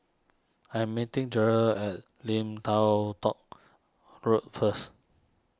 I am meeting Jeryl at Lim Tao Tow Road first